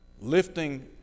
lifting